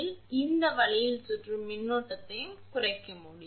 எனவே இந்த வழியில் சுற்றும் மின்னோட்டத்தை குறைக்க முடியும்